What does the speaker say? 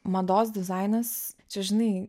mados dizainas čia žinai